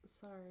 Sorry